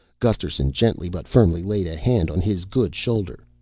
gusterson gently but firmly laid a hand on his good shoulder.